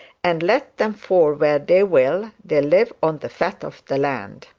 and let them fall where they will, they live on the fat of the land.